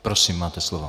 Prosím, máte slovo.